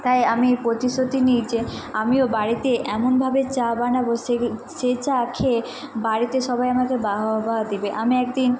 তাই আমি প্রতিশ্রুতি নিই যে আমিও বাড়িতে এমনভাবে চা বানাবো সে সে চা খেয়ে বাড়িতে সবাই আমাকে বাহবা দিবে আমি একদিন